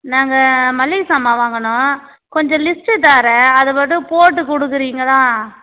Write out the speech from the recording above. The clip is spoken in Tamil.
நாங்கள் மலிக சாமான் வாங்கணும் கொஞ்சம் லிஸ்ட் தரேன் அது மட்டும் போட்டு கொடுக்குறீங்களா